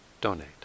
donate